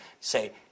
say